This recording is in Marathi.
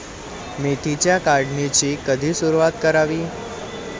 मेथीच्या काढणीची कधी सुरूवात करावी?